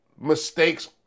mistakes